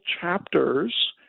chapters